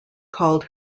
called